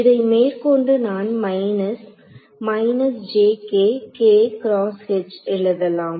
இதை மேற்கொண்டு நான் மைனஸ் எழுதலாம்